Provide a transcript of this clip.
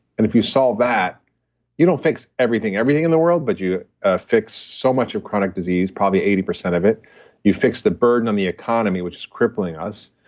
and if you solve that you don't fix everything, everything in the world, but you ah fix so much of chronic disease, probably eighty of it you fix the burden on the economy, which is crippling us.